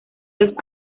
los